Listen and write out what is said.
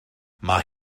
mae